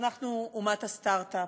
אנחנו אומת הסטרט-אפ,